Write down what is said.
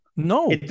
No